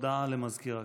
הכנסת,